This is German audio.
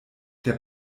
der